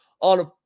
on